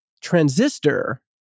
Transistor